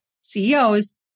CEOs